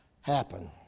happen